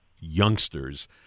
youngsters